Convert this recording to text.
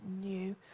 new